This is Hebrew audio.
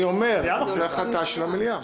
אני אומר, זה החלטה של המליאה.